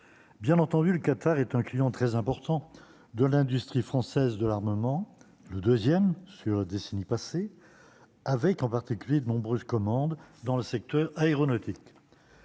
bien entendu, le Qatar est un client très important de l'industrie française de l'armement, le deuxième sur décennies passées avec en particulier de nombreuses commandes dans le secteur aéronautique,